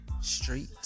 street